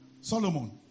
Solomon